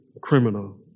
criminal